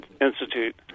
Institute